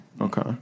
Okay